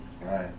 Right